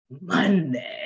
Monday